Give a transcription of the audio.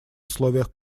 условиях